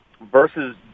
versus